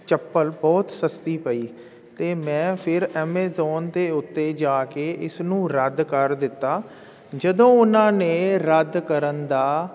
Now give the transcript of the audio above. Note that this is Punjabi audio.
ਚੱਪਲ ਬਹੁਤ ਸਸਤੀ ਪਈ ਅਤੇ ਮੈਂ ਫਿਰ ਐਮੇਜ਼ੋਨ ਦੇ ਉੱਤੇ ਜਾ ਕੇ ਇਸ ਨੂੰ ਰੱਦ ਕਰ ਦਿੱਤਾ ਜਦੋਂ ਉਨ੍ਹਾਂ ਨੇ ਰੱਦ ਕਰਨ ਦਾ